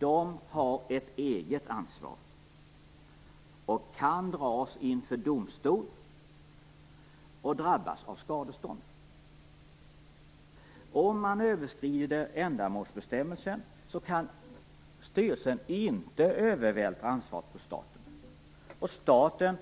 De har ett eget ansvar och kan dras inför domstol och drabbas av skadestånd. Om man överskrider ändamålsbestämmelsen kan styrelsen inte övervältra ansvaret på staten och ansvaret